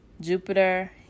jupiter